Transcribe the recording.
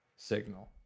Signal